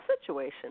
situation